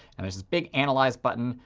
and there's big analyze button.